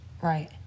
Right